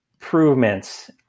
improvements